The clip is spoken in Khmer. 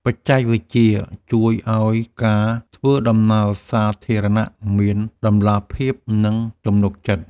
បច្ចេកវិទ្យាជួយឱ្យការធ្វើដំណើរសាធារណៈមានតម្លាភាព និងទំនុកចិត្ត។